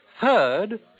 Third